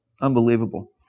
unbelievable